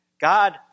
God